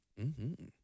-hmm